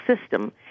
system